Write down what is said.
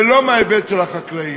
ולא מההיבט של החקלאים.